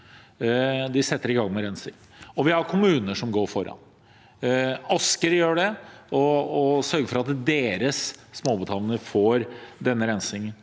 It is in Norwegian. de setter i gang med rensing. Vi har kommuner som går foran. Asker gjør det og sørger for at deres småbåthavner får denne rensingen.